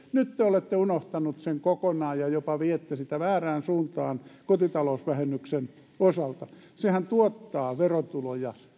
nyt te olette unohtaneet sen kokonaan ja jopa viette sitä väärään suuntaan kotitalousvähennyksen osalta sehän tuottaa verotuloja